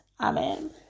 amen